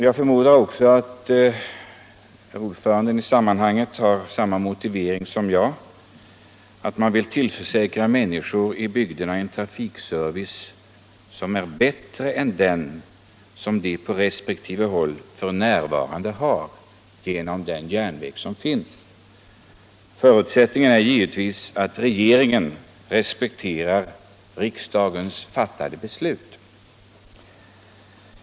Jag förmodar också att utskottets ordförande har samma motivering som jag, alltså att vilja tillförsäkra människorna ute i bygderna en trafikservice som är bättre än den de har f.n. på resp. orter genom den järnväg som finns där. Förutsättningen är givetvis att regeringen respekterar riksdagens beslut.